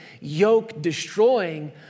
yoke-destroying